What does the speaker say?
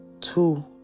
two